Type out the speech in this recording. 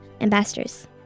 ambassadors